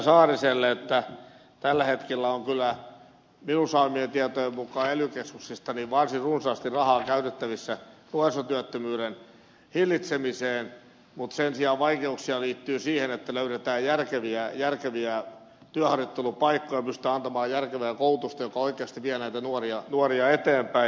saariselle että tällä hetkellä on kyllä minun saamieni tietojen mukaan ely keskuksista varsin runsaasti rahaa käytettävissä nuorisotyöttömyyden hillitsemiseen mutta sen sijaan vaikeuksia liittyy siihen että löydetään järkeviä työharjoittelupaikkoja pystytään antamaan järkevää koulutusta joka oikeasti vie näitä nuoria eteenpäin